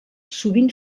sovint